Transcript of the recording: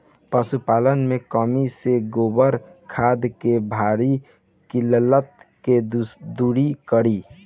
पशुपालन मे कमी से गोबर खाद के भारी किल्लत के दुरी करी?